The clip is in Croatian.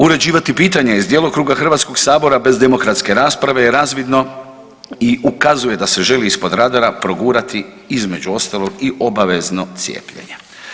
Uređivati pitanje iz djelokruga HS-a bez demokratske rasprave je razvidno i ukazuje da se želi ispod radara progurati, između ostalog i obavezno cijepljenje.